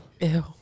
Ew